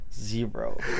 zero